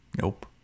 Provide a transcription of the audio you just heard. Nope